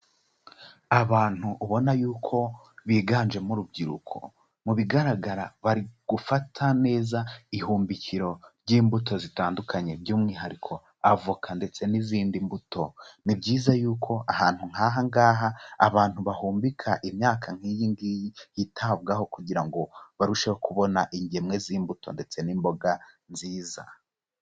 Abantu ubona y'uko biganjemo urubyiruko, mu bigaragara bari gufata neza ihumbikiro ry'imbuto zitandukanye by'umwihariko avoka ndetse n'izindi mbuto, ni byiza y'uko ahantu nk'aha ngaha abantu bahumbika imyaka nk'iyi ngiyi hitabwaho kugira ngo barusheho kubona ingemwe z'imbuto ndetse n'imboga nziza.